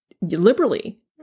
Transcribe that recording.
liberally